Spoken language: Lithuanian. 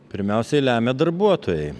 pirmiausiai lemia darbuotojai